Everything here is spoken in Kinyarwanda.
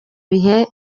bihe